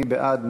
מי בעד?